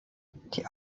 die